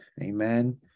Amen